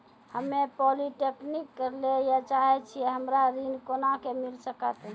हम्मे पॉलीटेक्निक करे ला चाहे छी हमरा ऋण कोना के मिल सकत?